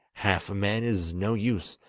half a man is no use,